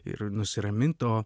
ir nusiramint o